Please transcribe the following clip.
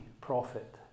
prophet